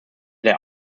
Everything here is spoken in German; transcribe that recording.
der